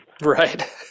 Right